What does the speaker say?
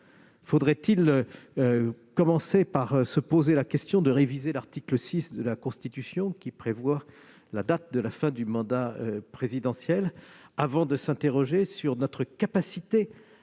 Faudrait-il commencer par se poser la question de réviser l'article 6 de la Constitution, qui prévoit la date de la fin du mandat présidentiel, avant de s'interroger sur notre capacité